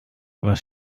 was